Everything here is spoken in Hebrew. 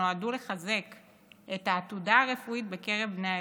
שנועדו לחזק את העתודה הרפואית בקרב בני האזור.